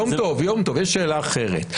יום טוב, יש שאלה אחרת.